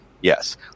Yes